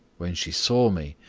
when she saw me,